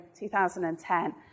2010